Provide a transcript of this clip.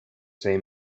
say